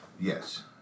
Yes